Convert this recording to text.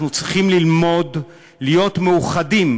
אך אנחנו צריכים ללמוד להיות מאוחדים